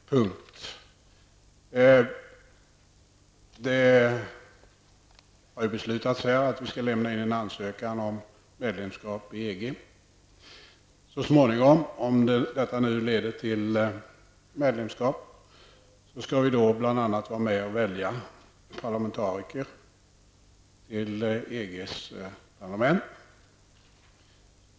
Det har ju beslutats att vi skall lämna in en ansökan om medlemskap i EG. Om detta nu leder till medlemskap skall vi så småningom bl.a. vara med och välja parlamentariker till EGs parlament.